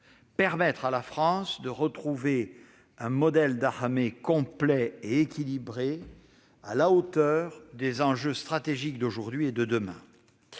permettre à la France de retrouver un modèle d'armée complet et équilibré, à la hauteur des enjeux stratégiques d'aujourd'hui et de demain.